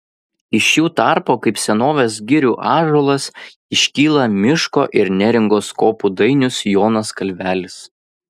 iš jų tarpo kaip senovės girių ąžuolas iškyla miško ir neringos kopų dainius jonas kalvelis